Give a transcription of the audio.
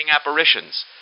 apparitions